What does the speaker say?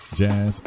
jazz